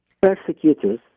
persecutors